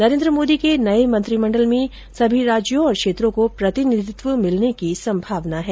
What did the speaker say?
नरेन्द्र मोदी के नए मंत्रिमंडल में सभी राज्यों और क्षेत्रों को प्रतिनिधित्व मिलने की संभावना है